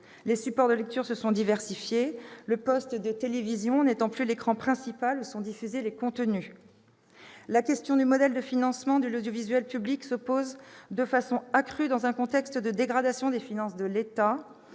Les supports de lecture se sont diversifiés, le poste de télévision n'étant plus l'écran principal où sont diffusés les contenus. La question du modèle de financement de l'audiovisuel public se pose de façon accrue dans un contexte de dégradation des finances de l'État